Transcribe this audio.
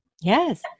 Yes